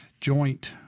joint